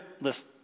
Listen